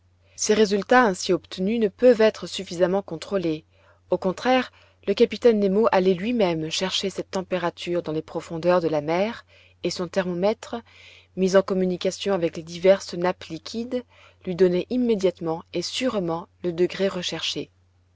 ces résultats ainsi obtenus ne peuvent être suffisamment contrôlés au contraire le capitaine nemo allait lui-même chercher cette température dans les profondeurs de la mer et son thermomètre mis en communication avec les diverses nappes liquides lui donnait immédiatement et sûrement le degré recherché